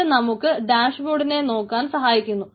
അത് നമുക്ക് ഡാഷ്ബോർഡിനെ നോക്കാൻ സഹായിക്കുന്നു